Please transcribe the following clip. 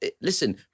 Listen